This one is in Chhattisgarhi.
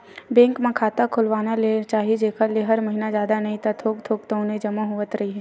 बेंक म खाता खोलवा लेना चाही जेखर ले हर महिना जादा नइ ता थोक थोक तउनो जमा होवत रइही